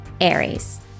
Aries